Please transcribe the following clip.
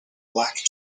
black